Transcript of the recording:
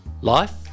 Life